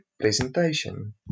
presentation